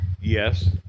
Yes